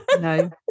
No